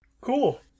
Cool